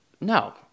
no